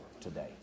today